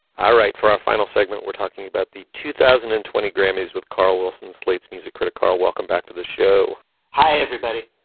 ah right. for our final segment, we're talking about the two thousand and twenty grammys with carl wilson, slate's music critic. carl, welcome back to the show hi, everybody.